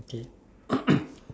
okay